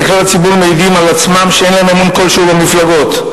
מכלל הציבור מעידים על עצמם שאין להם אמון כלשהו במפלגות.